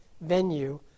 venue